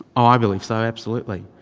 ah i believe so, absolutely.